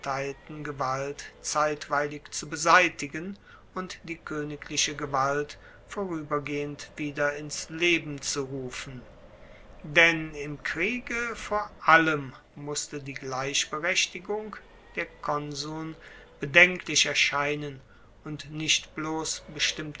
gewalt zeitweilig zu beseitigen und die koenigliche gewalt voruebergehend wieder ins leben zu rufen denn im kriege vor allem musste die gleichberechtigung der konsuln bedenklich erscheinen und nicht bloss bestimmte